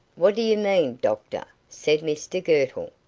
what do you mean, doctor? said mr girtle.